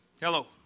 Hello